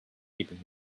keeping